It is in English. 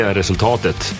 resultatet